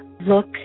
Look